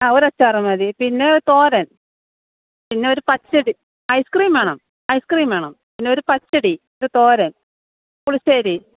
ആ ഒരു അച്ചാറ് മതി പിന്നെ ഒരു തോരൻ പിന്നെ ഒരു പച്ചടി ഐസ്ക്രീം വേണം ഐസ്ക്രീം വേണം പിന്നെ ഒരു പച്ചടി ഒരു തോരൻ പുളിശ്ശേരി